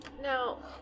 Now